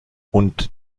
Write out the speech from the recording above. und